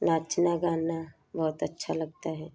नाचना गाना बहुत अच्छा लगता है